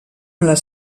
les